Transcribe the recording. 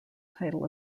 title